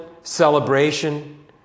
celebration